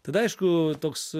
tada aišku toks